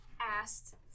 asked